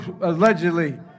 allegedly